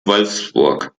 wolfsburg